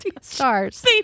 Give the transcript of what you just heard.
Stars